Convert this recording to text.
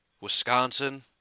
Wisconsin